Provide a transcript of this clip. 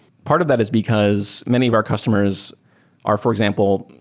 part of that is because many of our customers are, for example,